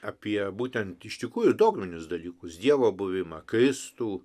apie būtent iš tikrųjų dogminius dalykus dievo buvimą kristų